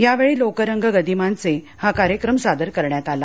यावेळी लोकरंग गदिमांचे हा कार्यक्रम सादर करण्यात आला